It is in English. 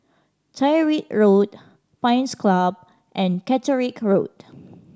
Tyrwhitt Road Pines Club and Catterick Road